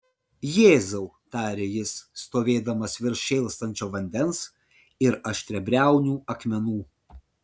jėzau tarė jis stovėdamas virš šėlstančio vandens ir aštriabriaunių akmenų